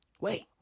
Wait